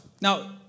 Now